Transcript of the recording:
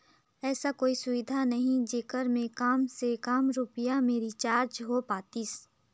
ऐसा कोई सुविधा नहीं जेकर मे काम से काम रुपिया मे रिचार्ज हो पातीस?